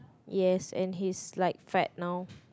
yes and he's like fat now